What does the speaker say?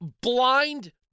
blind